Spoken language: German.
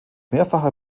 mehrfacher